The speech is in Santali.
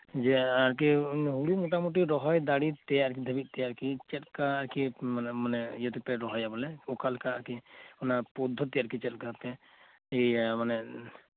ᱡᱮ ᱟᱨᱠᱤ ᱦᱳᱲᱳ ᱢᱚᱴᱟ ᱢᱩᱴᱤ ᱨᱚᱦᱚᱭ ᱫᱟᱲᱮ ᱛᱮ ᱱᱤᱛ ᱫᱷᱟᱵᱤᱡ ᱛᱮ ᱟᱨᱠᱤ ᱪᱮᱫ ᱞᱮᱠᱟ ᱠᱤ ᱟᱨᱠᱤ ᱢᱟᱱᱮ ᱢᱟᱱᱮ ᱤᱭᱟᱹ ᱛᱮᱯᱮ ᱨᱚᱦᱚᱭᱟ ᱵᱚᱞᱮ ᱚᱠᱟ ᱞᱮᱠᱟᱜᱮ ᱚᱱᱟ ᱯᱚᱫᱽᱫᱷᱚᱛᱤ ᱟᱨᱠᱤ ᱪᱮᱫ ᱞᱟᱠᱟᱛᱮ ᱤᱭᱟᱹ ᱢᱟᱱᱮ